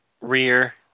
rear